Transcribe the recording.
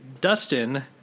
Dustin